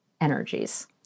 energies